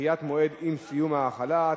(דחיית מועד סיום ההחלה),